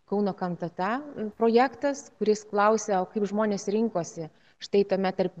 kauno kantata projektas kuris klausė o kaip žmonės rinkosi štai tame tarp